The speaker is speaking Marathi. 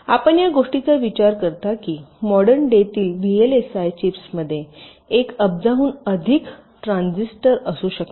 आपण या गोष्टीचा विचार करता की मॉडर्न डेतील व्हीएलएसआय चिप्समध्ये एक अब्जांहून अधिक ट्रान्झिस्टर असू शकतात